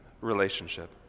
relationship